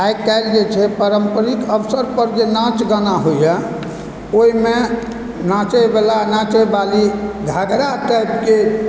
आइकाल्हि जे छै पारम्परिक अवसरपर जे नाच गाना होइए ओहिमे नाचैवला नाचैवाली घाघरा टाइपके